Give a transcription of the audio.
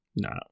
No